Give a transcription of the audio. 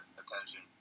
attention